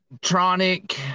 Tronic